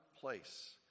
place